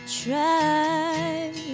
try